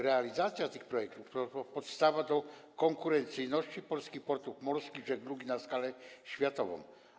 Realizacja tych projektów to podstawa konkurencyjności polskich portów morskich i żeglugi na skalę światową.